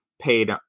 paid